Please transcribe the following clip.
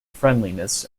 friendliness